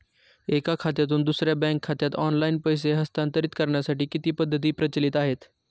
एका खात्यातून दुसऱ्या बँक खात्यात ऑनलाइन पैसे हस्तांतरित करण्यासाठी किती पद्धती प्रचलित आहेत?